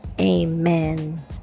Amen